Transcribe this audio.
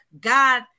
God